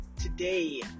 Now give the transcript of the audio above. Today